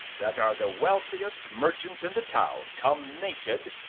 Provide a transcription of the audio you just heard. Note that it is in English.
that are the wealthiest merchants in the town, come naked,